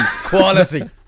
quality